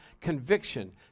conviction